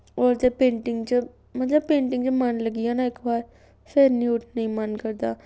होर ते पेंटिंग च मतलब पेंटिग च मन लग्गी जाऽ न इक बार फिर निं उट्ठने गी मन करदा